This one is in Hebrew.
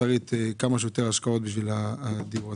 כמה שיותר השקעות בקרנות הריט בשביל הדיור הזה.